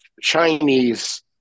Chinese